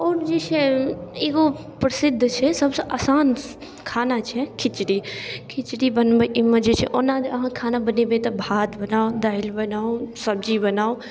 आओर जे छै एगो प्रसिद्ध छै सबसँ आसान खाना छै खिचड़ी खिचड़ी बनबैमे जे छै ओना जे अहाँ खाना बनेबै तऽ भात बनाउ दालि बनाउ सब्जी बनाउ